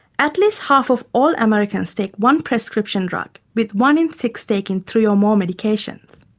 at least half of all americans take one prescription drug, with one in six taking three or more medications.